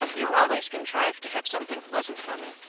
you always contrive to have something pleasant for me,